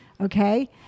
Okay